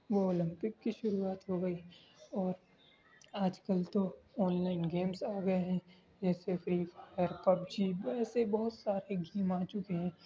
وہ اولمپک کی شروعات ہو گئی اور آج کل تو آن لائن گیمس آ گیے ہیں جیسے فری فائر پبجی ایسے بہت سارے گیم آ چکے ہیں